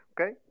okay